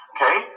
Okay